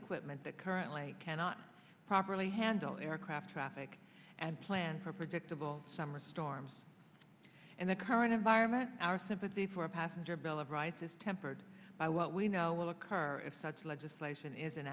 equipment that currently cannot properly handle aircraft traffic and plan for predictable summer storms and current environment our sympathy for a passenger bill of rights is tempered by what we know will occur if such legislation isn't